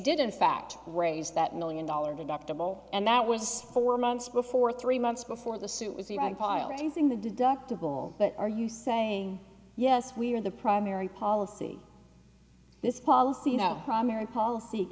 didn't fact raise that million dollars deductible and that was four months before three months before the suit was piloting thing the deductible but are you saying yes we are the primary policy this policy no primary policy